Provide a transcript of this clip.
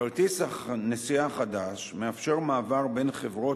כרטיס נסיעה חדש מאפשר מעבר בין חברות